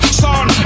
son